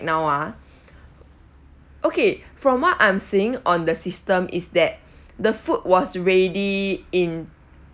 now ah okay from what I'm seeing on the system is that the food was ready in